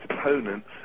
opponents